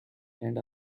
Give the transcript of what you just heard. and